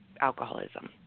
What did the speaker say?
alcoholism